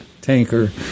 tanker